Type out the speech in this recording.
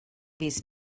fis